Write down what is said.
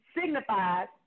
signifies